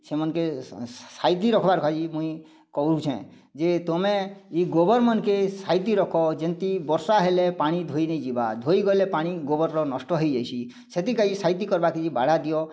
ସେମାନ୍ କେ ସାଈଜି ରଖିବାର ମୁଈଁ କହୁଚେନ୍ ଯେ ତୁମେ ଏ ଗୋବର୍ ମାନେ ସାଇତି ରଖ ଯେନ୍ତି ବର୍ଷା ହେଲେ ପାଣି ଧୋଇ ନି ଯିବା ଧୋଇଗଲେ ପାଣି ଗୋବରର ନଷ୍ଟ ହେଇ ଅସି ସେଥିକାଇ ସାଈତି କରିବାକେ ବାଡ଼ା ଦିଅ